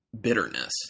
bitterness